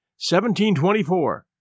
1724